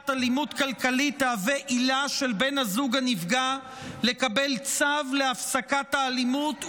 אלימות כלכלית תהווה עילה של בן הזוג הנפגע לקבל צו להפסקת האלימות,